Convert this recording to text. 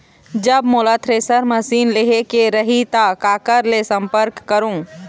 जब मोला thresher machine लेहेक रही ता काकर ले संपर्क करों?